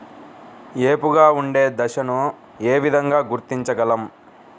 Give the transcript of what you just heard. ఏపుగా ఉండే దశను ఏ విధంగా గుర్తించగలం?